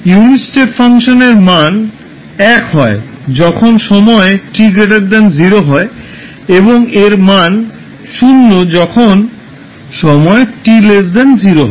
unit step ফাংশনের মান 1 হয় যখন সময় t 0 হয় এবং এর মান 0 যখন সময় t0 হয়